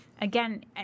again